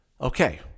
Okay